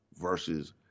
versus